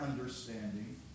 understanding